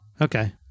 Okay